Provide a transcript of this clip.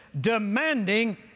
demanding